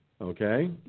Okay